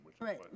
Right